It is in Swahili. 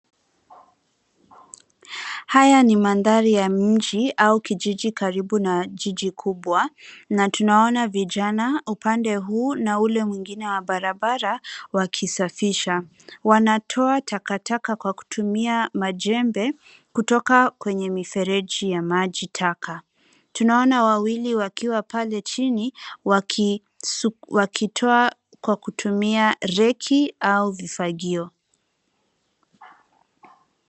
Haya ni mandhari ya mji au kijiji karibu na jiji kubwa na tunawaona vijana upande huu na ule mwingine wa barabara wakisafisha. Wanatoa takataka kwa kutumia majembe kutoka kwenye mifereji ya maji taka. Tunaona wawili wakiwa pale chini wakitoa kwa kutumia reki au vifagio.